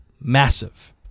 massive